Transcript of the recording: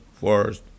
first